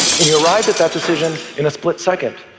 and you arrived at that decision in a split second.